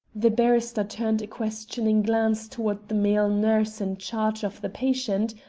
the barrister turned a questioning glance towards the male nurse in charge of the patient,